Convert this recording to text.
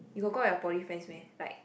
you got go out with your poly friends meh like